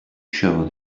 show